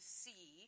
see